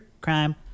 crime